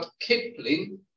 Kipling